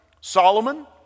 Solomon